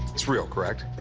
it's real, correct?